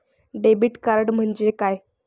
Debit card म्हणजे काय?